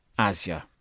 ASIA